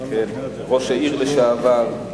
ראש העיר לשעבר,